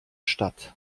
stadt